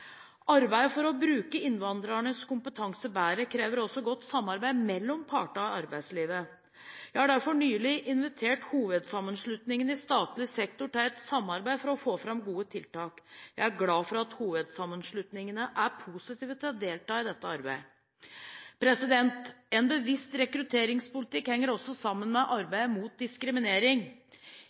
Arbeidet for å bruke innvandrernes kompetanse bedre krever også godt samarbeid mellom partene i arbeidslivet. Jeg har derfor nylig invitert hovedsammenslutningene i statlig sektor til et samarbeid for å få fram gode tiltak. Jeg er glad for at hovedsammenslutningene er positive til å delta i dette arbeidet. En bevisst rekrutteringspolitikk henger også sammen med arbeidet mot diskriminering.